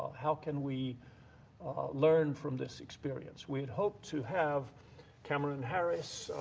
how can we learn from this experience? we had hoped to have cameron harris,